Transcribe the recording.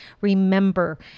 Remember